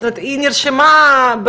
היא נרשמה,